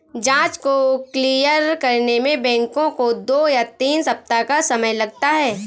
जाँच को क्लियर करने में बैंकों को दो या तीन सप्ताह का समय लगता है